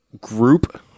group